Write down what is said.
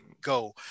go